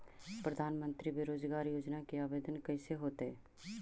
प्रधानमंत्री बेरोजगार योजना के आवेदन कैसे होतै?